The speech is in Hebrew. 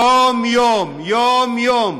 יום-יום, יום-יום,